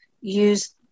use